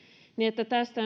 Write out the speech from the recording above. niin että tästä